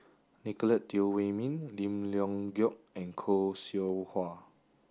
Nicolette Teo Wei Min Lim Leong Geok and Khoo Seow Hwa